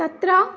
तत्र